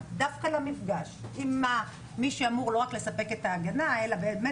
דווקא למפגש עם מי שאמור לספק לא רק את ההגנה אלא באמת